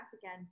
again